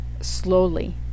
slowly